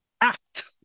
act